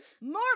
more